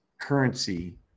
currency